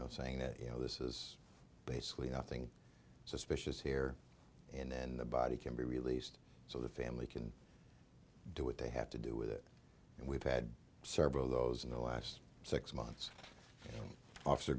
know saying that you know this is basically nothing suspicious here and then the body can be released so the family can do what they have to do with it and we've had several of those in the last six months